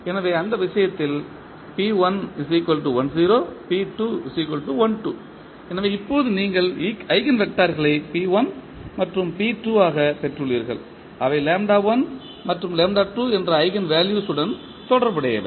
எனவே அந்த விஷயத்தில் எனவே இப்போது நீங்கள் ஈஜென்வெக்டர்களை மற்றும் ஆகப் பெற்றுள்ளீர்கள் அவை மற்றும் என்ற ஈஜென்வெல்யூவுடன் தொடர்புடையவை